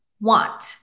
want